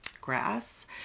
grass